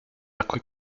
acque